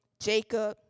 Jacob